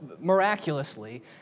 miraculously